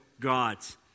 gods